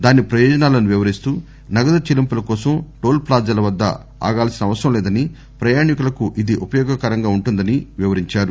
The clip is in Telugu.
దాని ప్రయోజనాలను వివరిస్తూ నగదు చెల్లింపుల కోసం టోల్ ప్లాజాల వద్ద ఆగాల్సిన అవసరం లేదని ప్రయాణికులకు ఇది ఉపయోగకరంగా ఉంటుందని ఆయన అన్నారు